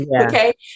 Okay